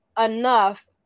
enough